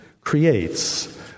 creates